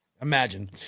imagine